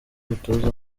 umutoza